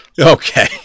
Okay